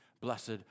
Blessed